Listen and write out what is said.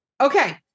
Okay